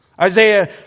Isaiah